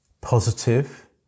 positive